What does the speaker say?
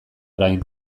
orain